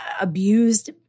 abused